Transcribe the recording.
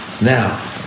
Now